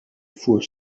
four